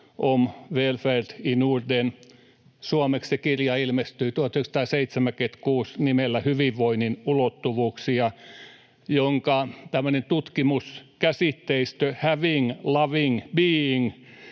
om välfärd i Norden”. Suomeksi kirja ilmestyi 1976 nimellä ”Hyvinvoinnin ulottuvuuksia”, jonka tutkimuskäsitteistöä ”having, loving, being”